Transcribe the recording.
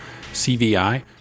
CVI